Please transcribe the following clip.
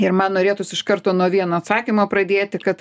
ir man norėtųsi iš karto nuo vieno atsakymo pradėti kad